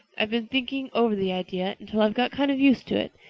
i've been thinking over the idea until i've got kind of used to it.